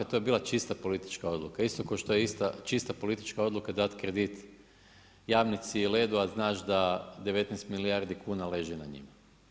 To je bila čista politička odluka, isto kao što je čista politička odluka dati kredit Jamnici i Ledo-u, a znaš da 19 milijardi kuna leži na njima.